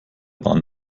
bahn